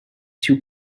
two